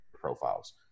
profiles